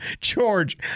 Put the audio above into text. George